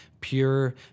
pure